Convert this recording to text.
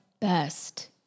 best